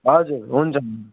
हजुर हुन्छ